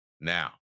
Now